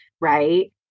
right